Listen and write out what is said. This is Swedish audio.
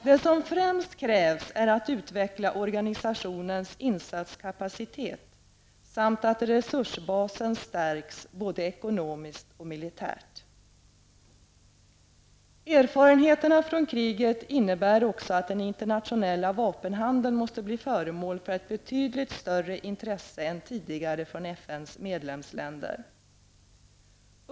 Det som främst krävs är att organisationens insatskapacitet utvecklas samt att resursbasen stärks både ekonomiskt och militärt. Erfarenheterna från kriget innebär också att den internationella vapenhandeln måste bli föremål för ett betydligt större intresse än tidigare från FNs medlemsländer.